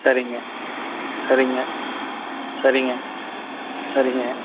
சரிங்க சரிங்க சரிங்க சரிங்க